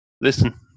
listen